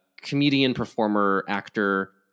comedian-performer-actor